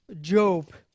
Job